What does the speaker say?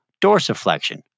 dorsiflexion